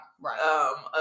Right